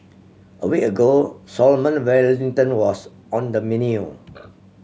a week ago Salmon Wellington was on the menu